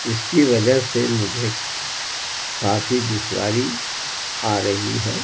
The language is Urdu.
اس کی وجہ سے مجھے کافی دشواری آ رہی ہے